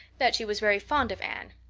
that she was very fond of anne.